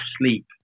sleep